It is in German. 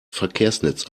verkehrsnetz